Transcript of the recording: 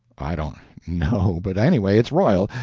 i don't know but anyway it's royal,